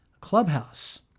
Clubhouse